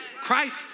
Christ